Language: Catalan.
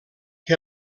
que